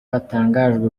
hatangajwe